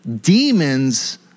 demons